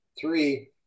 three